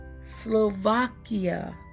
Slovakia